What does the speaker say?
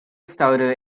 starter